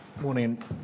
Morning